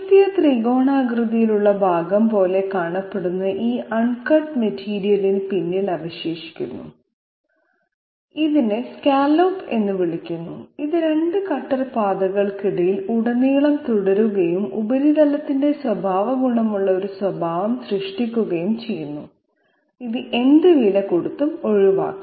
ഉയർത്തിയ ത്രികോണാകൃതിയിലുള്ള ഭാഗം പോലെ കാണപ്പെടുന്ന ഈ അൺകട്ട് മെറ്റീരിയലിന് പിന്നിൽ അവശേഷിക്കുന്നു ഇതിനെ സ്കാല്ലപ് എന്ന് വിളിക്കുന്നു ഇത് 2 കട്ടർ പാതകൾക്കിടയിൽ ഉടനീളം തുടരുകയും ഉപരിതലത്തിന്റെ സ്വഭാവഗുണമുള്ള ഒരു സ്വഭാവം സൃഷ്ടിക്കുകയും ചെയ്യുന്നു ഇത് എന്ത് വിലകൊടുത്തും ഒഴിവാക്കണം